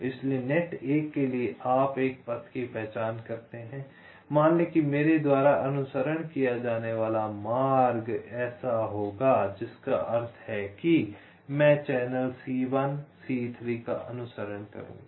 इसलिए नेट 1 के लिए आप एक पथ की पहचान करते हैं मान लें कि मेरे द्वारा अनुसरण किया जाने वाला मार्ग ऐसा होगा जिसका अर्थ है कि मैं चैनल C1 C3 का अनुसरण करूंगा